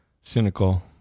cynical